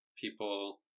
people